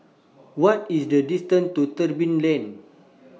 What IS The distance to Tebing Lane